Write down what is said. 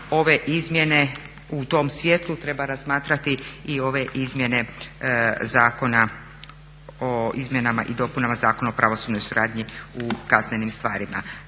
ove izmjene u tom svjetlu treba razmatrati i ove izmjene Zakona o izmjenama i dopunama Zakona o pravosudnoj suradnji u kaznenim stvarima.